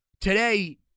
today –